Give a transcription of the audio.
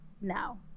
now